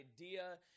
idea